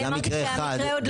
אמרתי שהמקרה עוד לא נבדק.